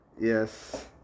yes